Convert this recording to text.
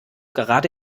gerade